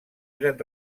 eren